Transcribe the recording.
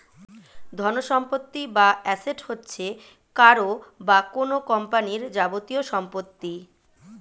ধনসম্পত্তি বা অ্যাসেট হচ্ছে কারও বা কোন কোম্পানির যাবতীয় সম্পত্তি